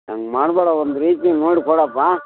ಹಂಗೆ ಮಾಡ್ಬೇಡ ಒಂದು ರೀತಿ ನೋಡಿ ಕೊಡಪ್ಪ